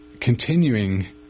continuing